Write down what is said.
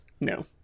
no